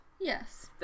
Yes